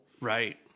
right